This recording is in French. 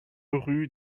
rue